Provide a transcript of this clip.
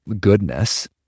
goodness